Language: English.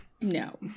no